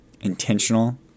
intentional